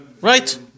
right